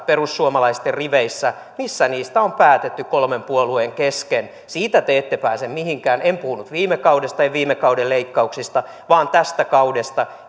perussuomalaisten riveissä niissä hallitusohjelmaneuvotteluissa missä niistä on päätetty kolmen puolueen kesken siitä te ette pääse mihinkään en puhunut viime kaudesta viime kauden leikkauksista vaan tästä kaudesta